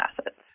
assets